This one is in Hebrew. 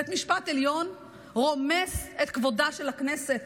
בית המשפט העליון רומס את כבודה של הכנסת,